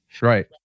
right